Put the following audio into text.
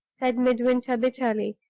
said midwinter, bitterly.